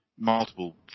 multiple